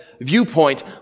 viewpoint